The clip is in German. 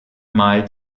mal